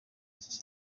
iki